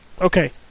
Okay